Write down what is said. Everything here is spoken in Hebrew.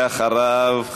אחריו,